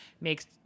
makes